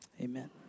Amen